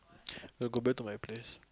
you want go back to my place